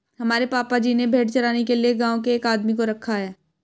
हमारे पापा जी ने भेड़ चराने के लिए गांव के एक आदमी को रखा है